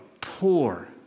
poor